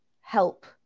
help